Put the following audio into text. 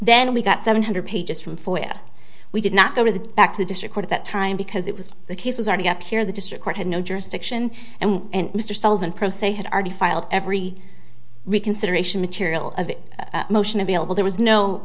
then we got seven hundred pages from florida we did not go to the back to the district at that time because it was the case was already up here the district court had no jurisdiction and and mr sullivan pro se had already filed every reconsideration material of the motion available there was no